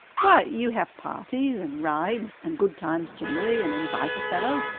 why, you have parties, and rides, and good times generally, and invite a fellow,